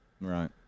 Right